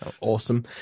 awesome